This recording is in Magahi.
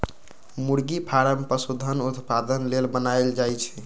मुरगि फारम पशुधन उत्पादन लेल बनाएल जाय छै